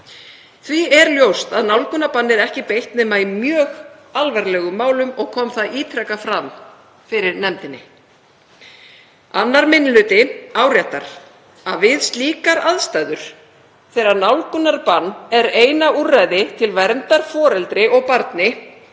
Því er ljóst að nálgunarbanni er ekki beitt nema í mjög alvarlegum málum og kom það ítrekað fram fyrir nefndinni. 2. minni hluti áréttar að við slíkar aðstæður, þegar nálgunarbann er eina úrræði til verndar foreldri og barni,